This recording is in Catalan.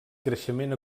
creixement